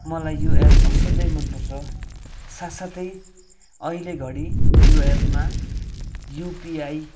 मलाई यो एप असाध्यै मनपर्छ साथ साथै अहिले घडी यो एपमा युपिआई